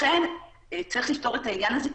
לכן צריך לפתור את העניין הזה,